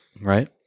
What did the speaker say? Right